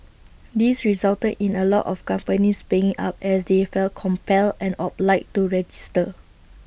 this resulted in A lot of companies paying up as they felt compelled and obliged to register